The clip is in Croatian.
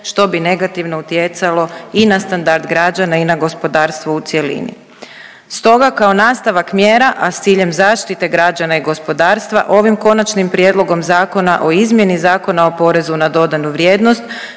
što bi negativno utjecalo i na standard građana i na gospodarstvo u cjelini. Stoga kao nastavak mjera, a s ciljem zaštite građana i gospodarstva ovim Konačnim prijedlogom Zakona o izmjeni Zakona o porezu na dodanu vrijednost